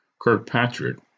Kirkpatrick